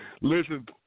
Listen